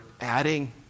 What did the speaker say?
adding